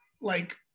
like-